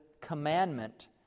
commandment